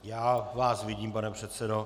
Já vás vidím, pane předsedo.